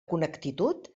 connecticut